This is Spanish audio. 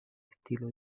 estilo